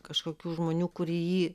kažkokių žmonių kurie jį